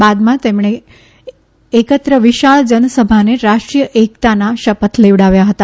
બાદમાં તેમણે એકત્ર વિશાળ જનસભાને રાષ્ટ્રીય એકતાના શપથ લેવડાવ્યા હતા